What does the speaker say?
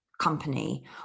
company